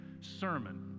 sermon